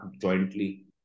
jointly